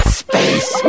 space